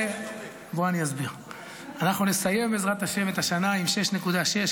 אנחנו נסיים את השנה עם 6.6%,